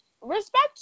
respect